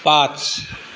पाच